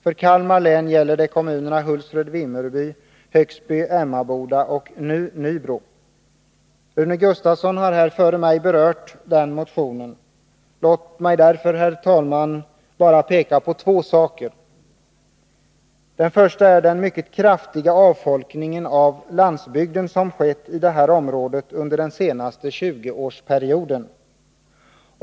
För Kalmar län gäller det kommunerna Hultsfred, Vimmerby, Högsby, Emmaboda och Nybro. Rune Gustavsson har här före mig berört den motionen. Låt mig därför, herr talman, bara peka på två saker. Den första är den mycket kraftiga avfolkning av landsbygden som skett i det här området under den senaste 20 årsperioden.